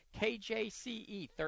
KJCE